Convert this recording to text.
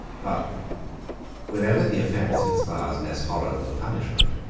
but whenever the offence inspires less horror than the punishment,